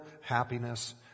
happiness